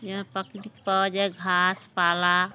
যে পকি পা যায় ঘাস পালা